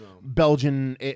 Belgian